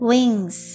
Wings